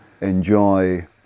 enjoy